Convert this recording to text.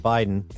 Biden